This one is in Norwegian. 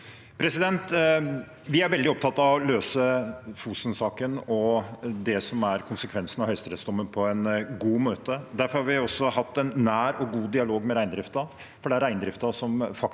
Vi er veldig opp- tatt av å løse Fosen-saken og det som er konsekvensene av høyesterettsdommen, på en god måte. Derfor har vi hatt en nær og god dialog med reindriften, for det er reindriften som faktisk